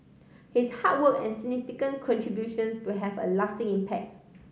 his hard work and significant contributions will have a lasting impact